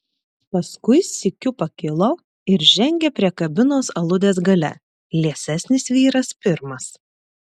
paskui sykiu pakilo ir žengė prie kabinos aludės gale liesesnis vyras pirmas